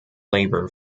labor